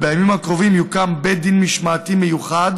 ובימים הקרובים יוקם בית דין משמעתי מיוחד